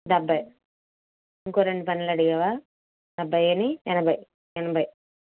డెబ్భై ఇంకో రెండు పెన్నులు అడిగావా డెబ్భై అయ్యాయి ఎనభై ఎనభై